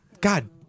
God